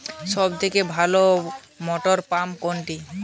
সবথেকে ভালো মটরপাম্প কোনটি?